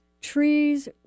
trees